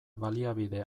baliabide